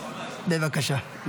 בבקשה.